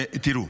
תראו,